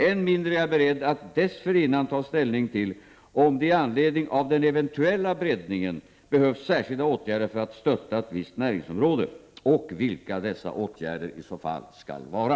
Än mindre är jag beredd att dessförinnan ta ställning till om det i anledning av den eventuella breddningen behövs särskilda åtgärder för att stötta ett visst näringsområde och vilka dessa åtgärder i så fall skall vara.